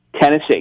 Tennessee